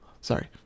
Sorry